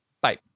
Bye